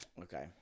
Okay